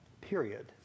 period